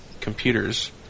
computers